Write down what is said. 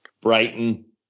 Brighton